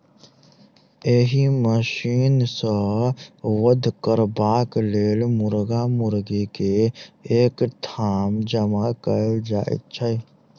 एहि मशीन सॅ वध करबाक लेल मुर्गा मुर्गी के एक ठाम जमा कयल जाइत छै